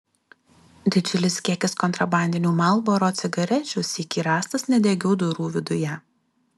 didžiulis kiekis kontrabandinių marlboro cigarečių sykį rastas nedegių durų viduje